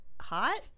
hot